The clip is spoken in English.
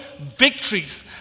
victories